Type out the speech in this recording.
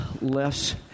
less